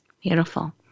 Beautiful